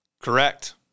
Correct